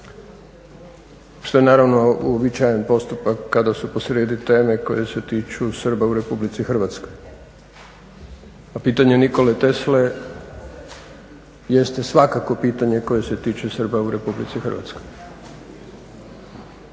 što je naravno uobičajen postupak kada su posrijedi teme koje se tiču Srba u Republici Hrvatskoj, a pitanje Nikole Tesle jeste svakako pitanje koje se tiče Srba u Republici Hrvatskoj.